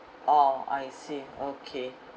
orh I see okay